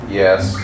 yes